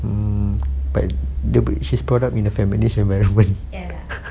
mm but the dia apa she's brought up in a feminist environment